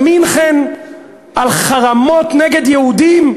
במינכן על חרמות נגד יהודים?